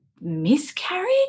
miscarriage